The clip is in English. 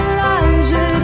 Elijah